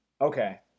Okay